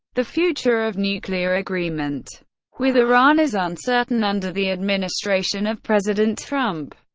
the future of nuclear agreement with iran is uncertain under the administration of president trump.